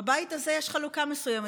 בבית הזה יש חלוקה מסוימת,